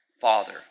Father